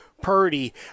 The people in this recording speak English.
Purdy